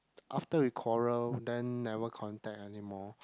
after we quarrel then never contact anymore